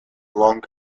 long